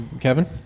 Kevin